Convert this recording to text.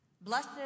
Blessed